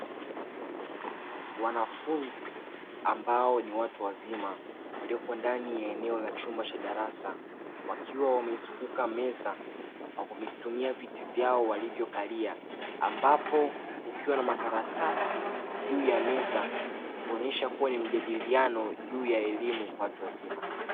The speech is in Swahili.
Wanafunzi ambao ni watu wazima walioko ndani ya eneo la chumba cha darasa wakiwa wameizunguka meza wa kuvitumia viti vyao walivyokalia, ambapo kukiwa na makaratasi juu ya meza kuonyesha kuwa ni mjadiliano juu ya elimu kwa watu wazima.